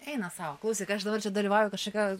eina sau klausyk aš dabar čia dalyvauju kažkokioj